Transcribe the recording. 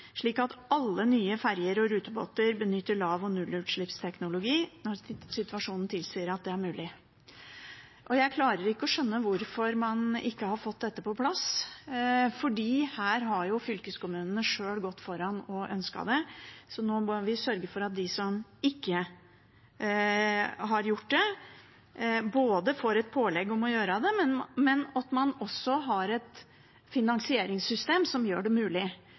slik at alle nye ferjer og rutebåter benytter lav- og nullutslippsteknologi når situasjonen tilsier at det er mulig. Jeg klarer ikke å skjønne hvorfor man ikke har fått dette på plass, for her har jo fylkeskommunene sjøl gått foran og ønsket det. Nå må vi sørge for at de som ikke har gjort det, får et pålegg om å gjøre det, men at man også har et finansieringssystem som gjør det mulig.